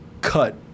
cut